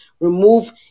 remove